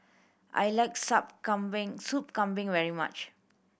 I like Sup Kambing Soup Kambing very much